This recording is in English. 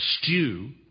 stew